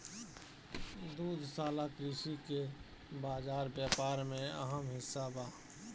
दुग्धशाला कृषि के बाजार व्यापार में अहम हिस्सा बा